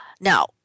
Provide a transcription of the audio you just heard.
Now